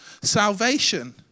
salvation